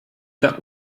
that